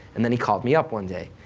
and then he called me up one day.